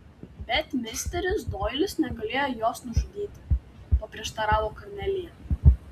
bet misteris doilis negalėjo jos nužudyti paprieštaravo kornelija